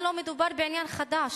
לא מדובר כאן בעניין חדש,